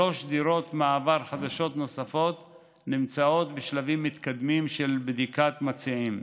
שלוש דירות מעבר חדשות נוספות נמצאות בשלבים מתקדמים של בדיקת מציעים.